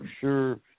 sure